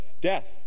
death